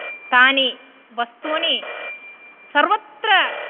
तानि वस्तूनि सर्वत्र